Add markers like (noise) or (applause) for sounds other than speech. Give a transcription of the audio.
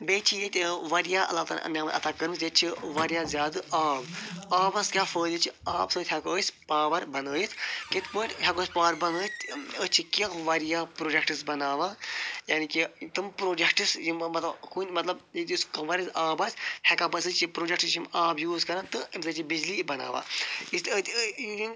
بیٚیہِ چھِ ییٚتہِ واریاہ اللہ تعالیٰ ہَن نعمت عطا کٔرمٕژ ییٚتہِ چھِ واریاہ زیادٕ آب آبَس کیاہ فٲیدٕ چھ آب سۭتۍ ہٮ۪کو أسۍ پاوَر بَنٲیِتھ کِتھ پٲٹھۍ ہٮ۪کو أسۍ پاوَر بَنٲیِتھ أسۍ چھِ کینٛہہ واریاہ پرٛوجَکٹٕز بناوان یعنی کہ تِم پرٛوجَکٹٕز یِم مَطلَب کُنہِ مَطلَب ییٚتس واریاہ زیادٕ آب آسہِ ہٮ۪کان (unintelligible) پرٛوجَکٹ چھِ یِم آب یوٗز کران تہٕ اَمہِ سۭتۍ چھِ بِجلی بناوان